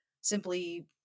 simply